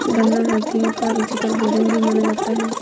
गन्ना हाथियों का रुचिकर भोजन भी माना जाता है